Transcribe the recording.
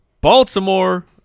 Baltimore